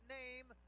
name